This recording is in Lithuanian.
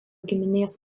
giminės